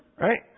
Right